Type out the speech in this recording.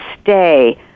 stay